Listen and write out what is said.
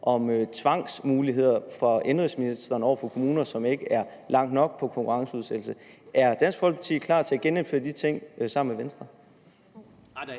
om tvangsmuligheder fra indenrigsministeren over for kommuner, som ikke er langt nok med hensyn til konkurrenceudsættelse. Er Dansk Folkeparti klar til at genindføre de ting sammen med Venstre?